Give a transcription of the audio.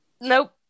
Nope